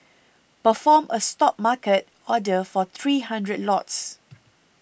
perform a Stop market order for three hundred lots